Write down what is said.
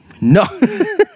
No